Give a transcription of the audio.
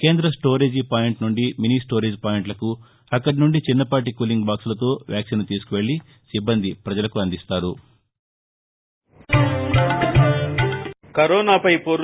కేంద్ర storage point నుండి mini storage పాయింట్లకు అక్కడి సుండి చిన్నపాటి కూలింగ్ బాక్సులతో వ్యాక్సిన్ను తీసుకువెళ్ళి సిబ్బంది ప్రజలకు అందిస్తారు